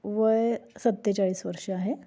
वय सत्तेचाळीस वर्ष आहे